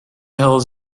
hills